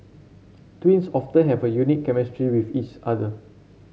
twins often have a unique chemistry with each other